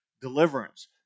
deliverance